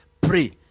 pray